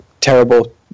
terrible